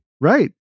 Right